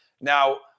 Now –